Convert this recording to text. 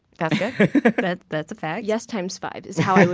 that's fair that's a fact yes times five is how